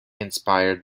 inspired